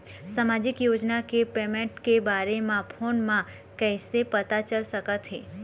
सामाजिक योजना के पेमेंट के बारे म फ़ोन म कइसे पता चल सकत हे?